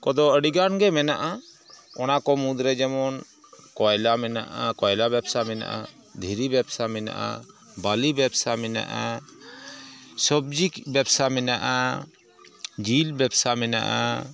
ᱠᱚᱫᱚ ᱟᱹᱰᱤᱜᱟᱱ ᱜᱮ ᱢᱮᱱᱟᱜᱼᱟ ᱚᱱᱟᱠᱚ ᱢᱩᱫᱽᱨᱮ ᱡᱮᱢᱚᱱ ᱠᱚᱭᱞᱟ ᱢᱮᱱᱟᱜᱼᱟ ᱠᱚᱭᱞᱟ ᱵᱮᱵᱥᱟ ᱢᱮᱱᱟᱜᱼᱟ ᱫᱷᱤᱨᱤ ᱵᱮᱵᱥᱟ ᱢᱮᱱᱟᱜᱼᱟ ᱵᱟᱞᱤ ᱵᱮᱵᱥᱟ ᱢᱮᱱᱟᱜᱼᱟ ᱥᱚᱵᱽᱡᱤ ᱵᱮᱵᱥᱟ ᱢᱮᱱᱟᱜᱼᱟ ᱡᱤᱞ ᱵᱮᱵᱥᱟ ᱢᱮᱱᱟᱜᱼᱟ